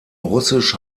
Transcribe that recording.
russisch